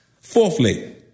Fourthly